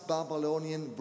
Babylonian